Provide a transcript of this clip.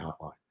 hotline